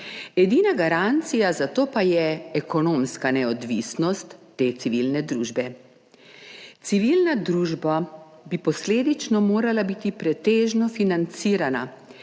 Edina garancija za to pa je ekonomska neodvisnost te civilne družbe. Civilna družba bi posledično morala biti pretežno financirana